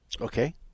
okay